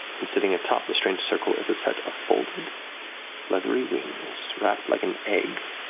and sitting atop the strange circle is a set of folded leathery wings wrapped like an egg